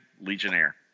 legionnaire